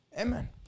Amen